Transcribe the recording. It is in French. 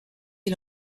les